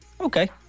okay